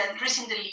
recently